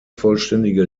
vollständige